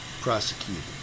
prosecuted